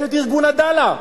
יש ארגון "עדאלה",